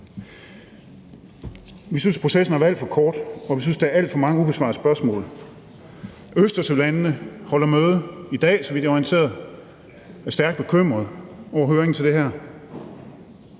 Vi synes, at processen har været alt for kort, og vi synes, at der er alt for mange ubesvarede spørgsmål. Østersølandene holder møde i dag, så vidt jeg er orienteret, og de er stærkt bekymrede over høringen til det her.